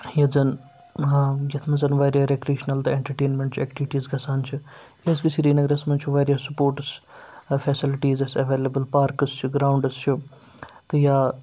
ییٚتہِ زَن یَتھ منٛز واریاہ رِکرٛیٖشنَل تہٕ اٮ۪نٹَرٹینمٮ۪نٛٹچہِ اٮ۪کٹِوِٹیٖز گژھان چھِ کیازِ کہِ سریٖنَگرَس منٛز چھُ واریاہ سپوٹٕس فیسَلٹیٖز اَسہِ اٮ۪ویلیبٕل پارکٕس چھِ گرٛاونڈٕس چھِ تہٕ یا